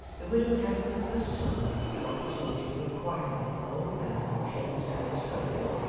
the widow had for the first time an opportunity of inquiring of an old man who came and sat beside them,